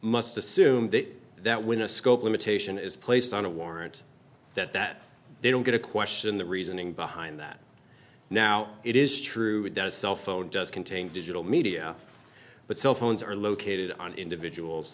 must assume that that when a scope limitation is placed on a warrant that that they don't get to question the reasoning behind that now it is true it does cell phone does contain digital media but cell phones are located on individuals